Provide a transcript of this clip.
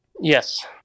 Yes